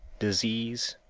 disease,